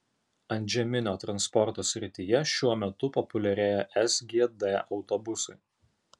antžeminio transporto srityje šiuo metu populiarėja sgd autobusai